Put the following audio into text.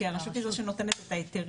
כי הרשות היא זו שנותנת את ההיתרים,